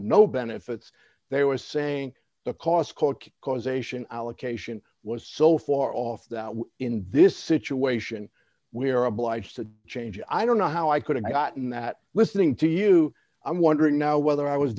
no benefits they were saying the cost causation allocation was so far off that in this situation we are obliged to do change i don't know how i could have gotten that listening to you i'm wondering now whether i was